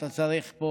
אתה צריך פה